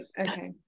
Okay